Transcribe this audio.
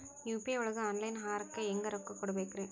UPI ಒಳಗ online ಆಹಾರಕ್ಕೆ ಹೆಂಗ್ ರೊಕ್ಕ ಕೊಡಬೇಕ್ರಿ?